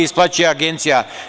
Isplaćuje agencija.